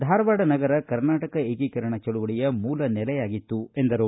ಧಾರವಾಡ ನಗರ ಕರ್ನಾಟಕ ಏಕೀಕರಣದ ಚಳುವಳಿಯ ಮೂಲ ನೆಲೆಯಾಗಿತ್ತು ಎಂದರು